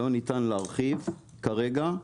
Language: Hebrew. לא ניתן להרחיב כרגע,